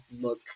look